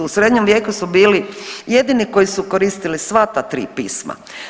U srednjem vijeku su bili jedini koji su koristili sva ta tri pisma.